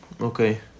Okay